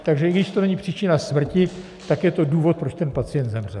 Takže i když to není příčina smrti, tak je to důvod, proč ten pacient zemřel.